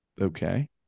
Okay